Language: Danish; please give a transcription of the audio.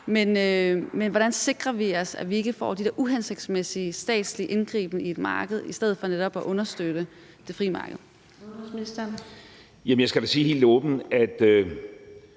Men hvordan sikrer vi, at vi ikke får den der uhensigtsmæssige statslige indgriben i et marked i stedet for netop at understøtte det frie marked? Kl. 17:52 Fjerde